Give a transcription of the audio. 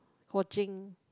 coaching